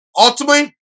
ultimately